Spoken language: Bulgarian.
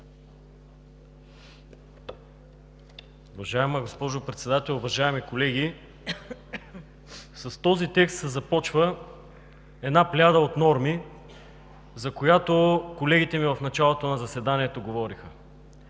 Уважаема госпожо Председател, уважаеми колеги! С този текст започва една плеяда от норми, за която колегите в началото на заседанието говориха.